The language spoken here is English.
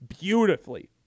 beautifully